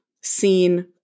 seen